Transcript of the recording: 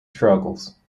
struggles